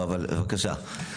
בבקשה.